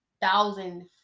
thousand